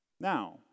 Now